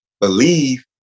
believe